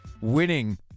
winning